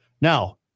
Now